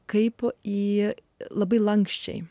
kaip jie labai lanksčiai